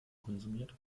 konsumiert